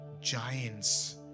giants